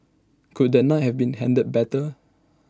could that night have been handled better